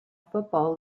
football